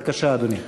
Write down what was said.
בבקשה, אדוני.